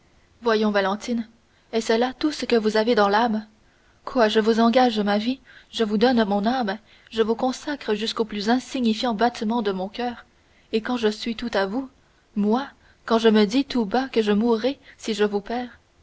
voyons valentine est-ce là tout ce que vous avez dans l'âme quoi je vous engage ma vie je vous donne mon âme je vous consacre jusqu'au plus insignifiant battement de mon coeur et quand je suis tout à vous moi quand je me dis tout bas que je mourrai si je vous perds